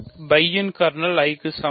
φ இன் kernel I க்கு சமம்